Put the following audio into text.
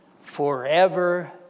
forever